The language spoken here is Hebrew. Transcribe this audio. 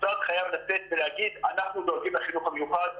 המשרד חייב לצאת ולהגיד: אנחנו דואגים לחינוך המיוחד,